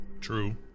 true